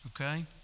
Okay